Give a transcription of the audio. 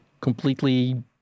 completely